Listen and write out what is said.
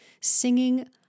singing